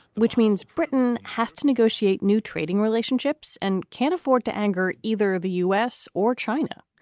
which means britain has to negotiate new trading relationships and can't afford to anger either the u s. or china.